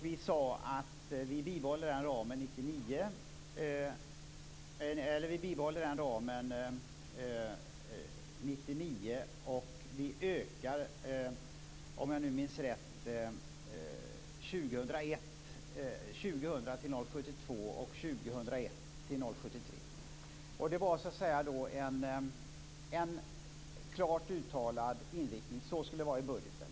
Vi sade att vi bibehåller den ramen 1999, och vi ökar, om jag minns rätt, till 0,72 % år 2000 och till Det var en klart uttalad inriktning. Så skall det vara i budgeten.